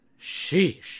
Sheesh